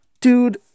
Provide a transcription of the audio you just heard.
dude